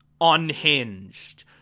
unhinged